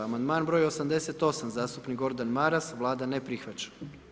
Amandman broj 88., zastupnik Gordan Maras, Vlada ne prihvaća.